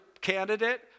candidate